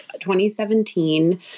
2017